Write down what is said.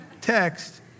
text